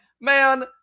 man